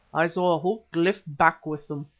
i saw a whole cliff back with them.